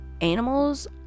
animals